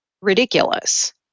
ridiculous